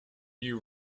you